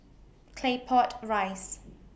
Claypot Rice